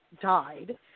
died